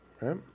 right